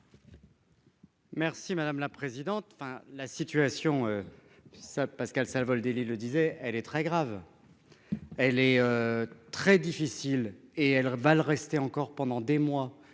Merci madame la présidente, enfin la situation. Ça Pascal Savoldelli le disait elle est très grave. Elle est. Très difficile et elle va le rester encore pendant des mois